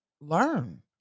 learn